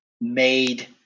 made